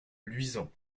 luisant